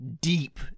deep